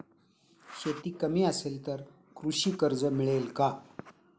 शेती कमी असेल तर कृषी कर्ज मिळेल का?